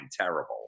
terrible